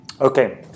Okay